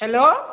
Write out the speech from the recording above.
hello